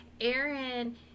Aaron